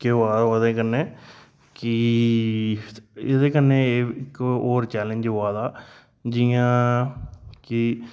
केह् होआ दा ओह्दे कनै एहदे कनै इक होर चैलेंज होआ दा जि'यां कि